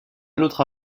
l’autre